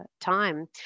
time